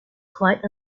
quite